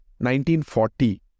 1940